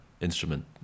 instrument